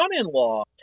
son-in-law